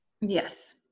Yes